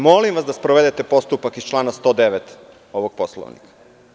Molim vas da sprovedete postupak iz člana 109. ovog poslovnika.